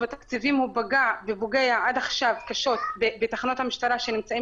פגע ופוגע עד עכשיו קשות בתחנות המשטרה שנמצאים